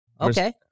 Okay